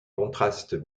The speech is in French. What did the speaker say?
contrastes